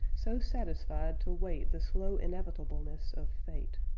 so satisfied to wait the slow inevitableness of fate.